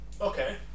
Okay